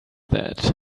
that